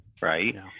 right